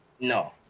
No